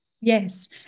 yes